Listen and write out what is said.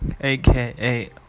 AKA